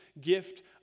gift